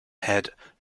head